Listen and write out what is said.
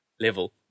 level